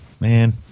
Man